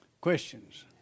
Questions